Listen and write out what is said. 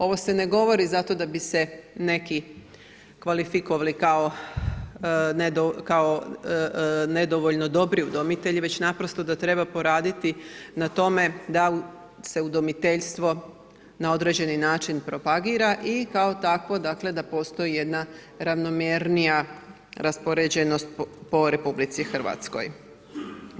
Ovo se ne govori zato da bi se neki kvalifikovali kao nedovoljno dobri udomitelji, već naprosto da treba poraditi na tome da se udomiteljstvo na određeni način propagira i kao takvo dakle da postoji jedna ravnomjernija raspoređenost po Republici Hrvatskoj.